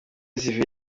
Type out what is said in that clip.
sivile